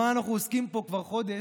במה אנחנו עוסקים פה כבר חודש,